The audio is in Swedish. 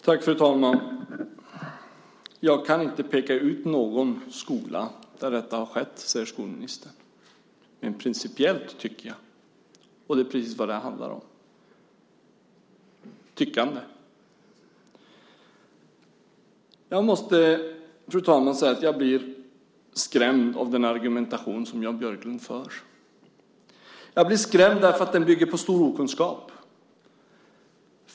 Fru talman! Jag kan inte peka ut någon skola där detta har skett, säger skolministern. Men principiellt tycker han. Det är precis det som det handlar om: tyckande. Jag måste, fru talman, säga att jag blir skrämd av den argumentation som Jan Björklund för. Jag blir skrämd, därför att den bygger på stor okunskap.